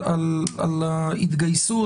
ההתגייסות.